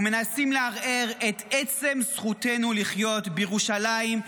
ומנסים לערער את עצם זכותנו לחיות בירושלים,